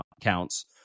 counts